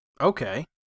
okay